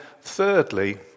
thirdly